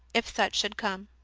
if such should come.